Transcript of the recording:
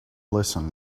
listen